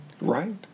Right